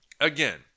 again